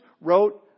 wrote